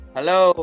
Hello